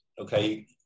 okay